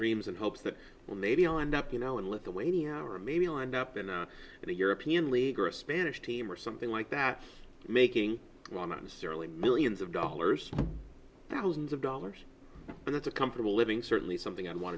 dreams and hopes that well maybe i'll end up you know in lithuania our maybe lined up in the european league or a spanish team or something like that making not necessarily millions of dollars thousands of dollars but it's a comfortable living certainly something i want